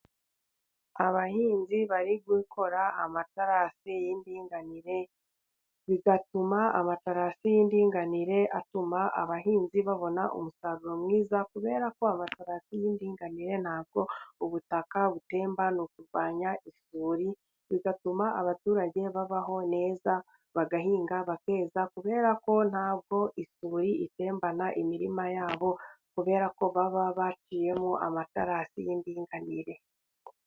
Abahinzi bari gukora amatarasi y'imdinganire bigatuma amatarasi y'indinganire atuma abahinzi babona umusaruro mwiza ,kuberako amatarasi y'indinganire ntabwo ubutaka butemba ni ukurwanya isuri bigatuma abaturage babaho neza bagahinga bakeza ,kuberako ntabwo isuri itembana imirima yabo kuberako baba baciyemo amatarasi y'indinganire.